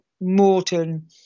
Morton